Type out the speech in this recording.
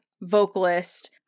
vocalist